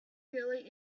really